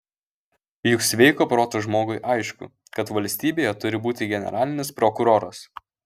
juk sveiko proto žmogui aišku kad valstybėje turi būti generalinis prokuroras